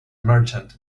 merchant